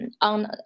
on